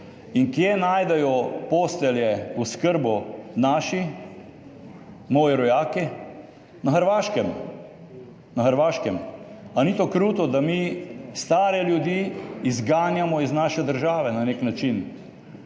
In kje najdejo postelje, oskrbo naši, moji rojaki? Na Hrvaškem. Na Hrvaškem. Ali ni kruto to, da mi stare ljudi izganjamo iz naše države, na neki način,